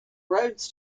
roads